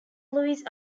luis